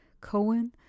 Cohen